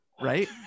right